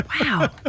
Wow